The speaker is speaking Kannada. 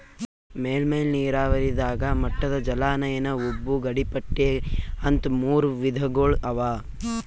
ಮೇಲ್ಮೈ ನೀರಾವರಿದಾಗ ಮಟ್ಟದ ಜಲಾನಯನ ಉಬ್ಬು ಗಡಿಪಟ್ಟಿ ಅಂತ್ ಮೂರ್ ವಿಧಗೊಳ್ ಅವಾ